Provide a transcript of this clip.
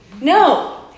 No